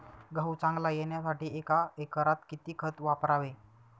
गहू चांगला येण्यासाठी एका एकरात किती खत वापरावे?